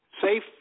safe